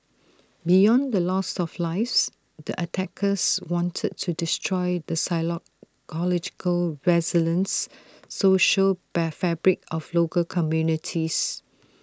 beyond the loss of lives the attackers wanted to destroy the psychological resilience social fabric of local communities